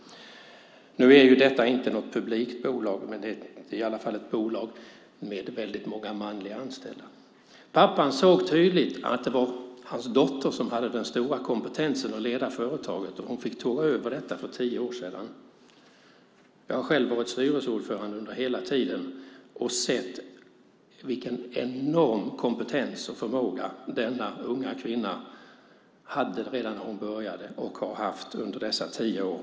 Nu är detta inte ett publikt bolag, men det är i alla fall ett bolag med väldigt många manliga anställda. Pappan såg tydligt att det var hans dotter som hade den stora kompetensen att leda företaget, och hon tog över det för tio år sedan. Jag har själv varit styrelseordförande under hela tiden och sett vilken enorm kompetens och förmåga denna unga kvinna hade redan när hon började och har haft under dessa tio år.